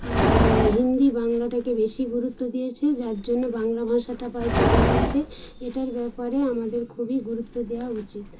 আর হিন্দি বাংলাটাকে বেশি গুরুত্ব দিয়েছে যার জন্য বাংলা ভাষাটা প্রায় চলে যাচ্ছে এটার ব্যাপারে আমাদের খুবই গুরুত্ব দেওয়া উচিত